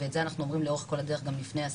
ואת זה אנחנו אומרים לאורך כל הדרך גם לפני הסקר,